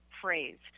phrased